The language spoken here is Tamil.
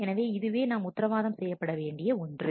எனவே இதுவே நாம் உத்திரவாதம் செய்யப்பட வேண்டிய ஒன்று